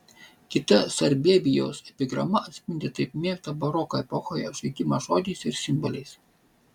kita sarbievijaus epigrama atspindi taip mėgtą baroko epochoje žaidimą žodžiais ir simboliais